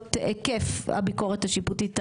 בשאלות היקף הביקורת השיפוטית,